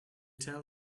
tell